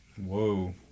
Whoa